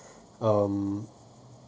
um